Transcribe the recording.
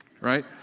right